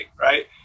right